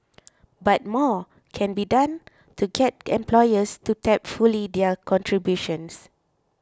but more can be done to get employers to tap fully their contributions